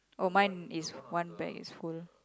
oh mine is one bag is full